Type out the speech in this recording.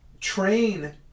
train